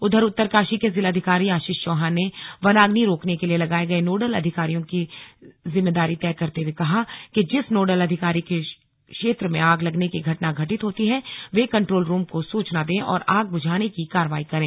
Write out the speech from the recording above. उधर उत्तरकाशी के जिलाधिकारी आशीष चौहान ने वनाग्नि रोकने के लिए लगाए गए नोडल अधिकारियों की जिम्मेदी तय करते हुए कहा कि जिस नोडल अधिकारी के क्षेत्र में आग लगने की घटना घटित होती हैवे कन्ट्रोल रूम को सूचना दे और आग बुझाने की कार्रवाई करें